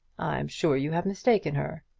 i'm sure you have mistaken her.